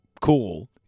cool